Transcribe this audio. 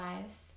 lives